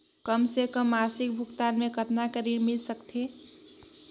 कम से कम मासिक भुगतान मे कतना कर ऋण मिल सकथे?